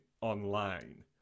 online